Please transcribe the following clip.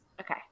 okay